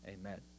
Amen